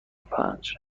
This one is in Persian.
پنج